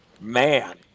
man